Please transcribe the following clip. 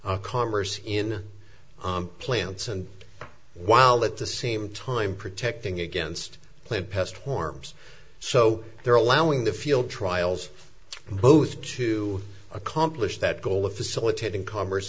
commerce in plants and while at the same time protecting against planned pest forms so they're allowing the field trials both to accomplish that goal of facilitating commerce